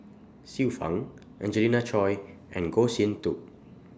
Xiu Fang Angelina Choy and Goh Sin Tub